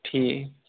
ٹھیک